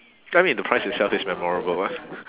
I mean the price itself is memorable ah